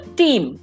team